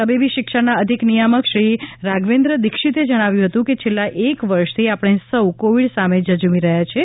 તબીબી શિક્ષણના અધિક નિયામક શ્રી રાધવેન્દ્ર દીક્ષિતે જણાવ્યું હતુ કે છેલ્લા એક વર્ષથી આપણે સૌ કોવિડ સામે ઝઝુમી રહ્યા છીએ